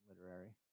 Literary